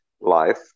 life